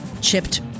chipped